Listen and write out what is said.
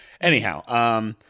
Anyhow